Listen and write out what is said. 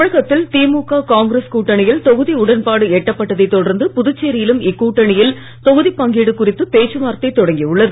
தமிழகத்தில் திமுக காங்கிரஸ் கூட்டணியில் தொகுதி உடன்பாடு எட்டப்பட்டதை தொடர்ந்து புதுச்சேரியிலும் இக்கூட்டணியில் தொகுதிப் பங்கீடு குறித்து பேச்சு வார்த்தை தொடங்கியுள்ளது